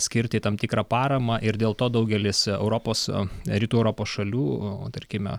skirti tam tikrą paramą ir dėl to daugelis europos rytų europos šalių o tarkime